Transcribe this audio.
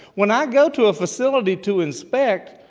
when i go to a facility to inspect,